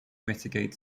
mitigate